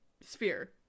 sphere